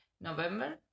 november